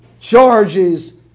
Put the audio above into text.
charges